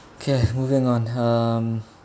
okay moving on hmm